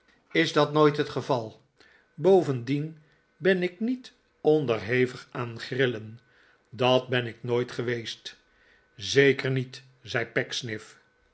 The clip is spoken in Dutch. is dat nooit het geval bovendien ik ben niet onderhevig aan grillen dat ben ik nooit geweest zeker niet zei